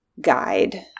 guide